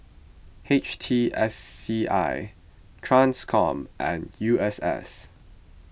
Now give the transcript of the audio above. H T S C I Transcom and U S S